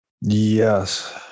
Yes